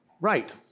right